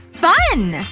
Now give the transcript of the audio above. fun!